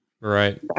right